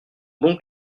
donc